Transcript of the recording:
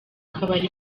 kabari